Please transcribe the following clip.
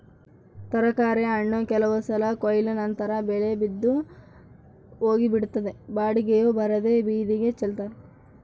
ತರಕಾರಿ ಹಣ್ಣು ಕೆಲವು ಸಲ ಕೊಯ್ಲು ನಂತರ ಬೆಲೆ ಬಿದ್ದು ಹೋಗಿಬಿಡುತ್ತದೆ ಬಾಡಿಗೆಯೂ ಬರದೇ ಬೀದಿಗೆ ಚೆಲ್ತಾರೆ